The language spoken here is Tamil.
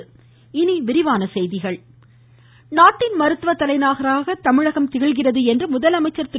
மமமமம முதலமைச்சர் நாட்டின் மருத்துவ தலைநகராக தமிழகம் திகழ்கிறது என்று முதலமைச்சர் திரு